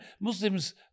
Muslims